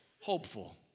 hopeful